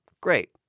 great